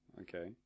Okay